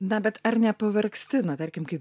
na bet ar nepavargsti na tarkim kaip